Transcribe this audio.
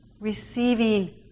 receiving